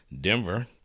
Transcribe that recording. Denver